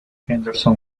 henderson